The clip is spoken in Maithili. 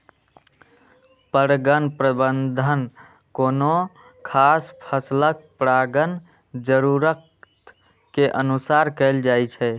परगण प्रबंधन कोनो खास फसलक परागण जरूरत के अनुसार कैल जाइ छै